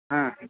হ্যাঁ